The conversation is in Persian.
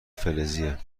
فلزیه